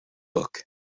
book